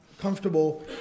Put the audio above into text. comfortable